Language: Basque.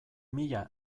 mila